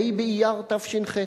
ה' באייר תש"ח?